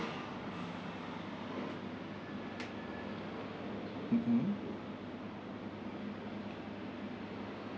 mmhmm